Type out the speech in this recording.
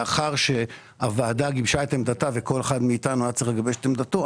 לאחר שהוועדה גיבשה את עמדתה וכל אחד מאיתנו היה צריך לגבש את עמדתו,